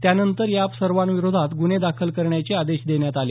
त्यानंतर या सर्वाविरोधात ग्रन्हे दाखल करप्याचे आदेश देप्यात आले